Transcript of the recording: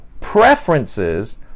preferences